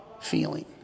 feeling